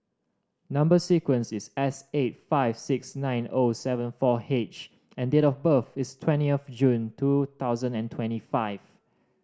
number sequence is S eight five six nine O seven four H and date of birth is twenty of June two thousand and twenty five